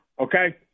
okay